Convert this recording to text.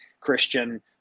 christian